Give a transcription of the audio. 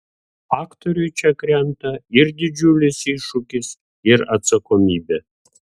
aktoriui čia krenta ir didžiulis iššūkis ir atsakomybė